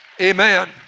Amen